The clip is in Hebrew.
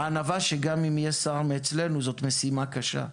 הענווה, שגם אם יהיה שר מאצלנו, זאת משימה קשה.